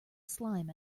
slime